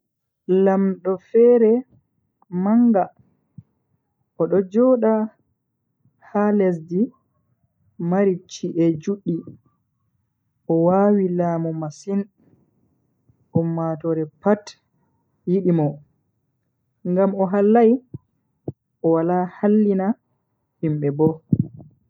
Lamdo fere manga odo joda ha lesdi mari chi'e juddi, o wawi laamu masin ummatoore pat yidi mo. Ngam o hallai o wala hallina himbe bo.